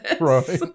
Right